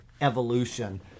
evolution